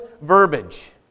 verbiage